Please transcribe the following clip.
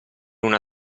una